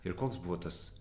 ir koks buvo tas